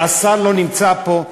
שהשר לא נמצא פה,